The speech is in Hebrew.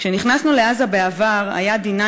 כשנכנסנו לעזה" בעבר, "היה D9